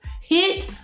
hit